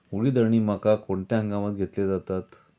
उडीद आणि मका कोणत्या हंगामात घेतले जातात?